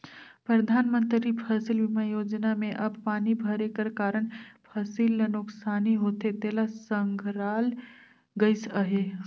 परधानमंतरी फसिल बीमा योजना में अब पानी भरे कर कारन फसिल ल नोसकानी होथे तेला संघराल गइस अहे